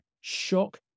Shock